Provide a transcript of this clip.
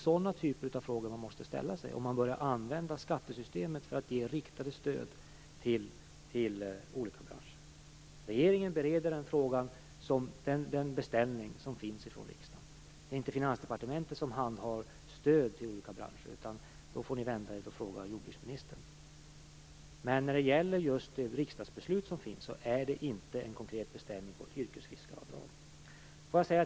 Sådana frågor måste man ställa sig om man börjar använda skattesystemet för att ge riktade stöd till olika branscher. Regeringen bereder den beställning som finns från riksdagen. Det är inte Finansdepartementet som handhar stöd till olika branscher; ni får vända er till och fråga jordbruksministern om det. Men det riksdagsbeslut som finns är inte en konkret beställning av ett yrkesfiskaravdrag.